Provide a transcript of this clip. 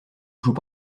joue